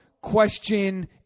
question